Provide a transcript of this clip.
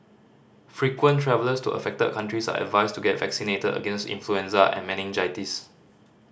frequent travellers to affected countries are advised to get vaccinated against influenza and meningitis